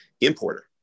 importer